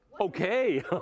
Okay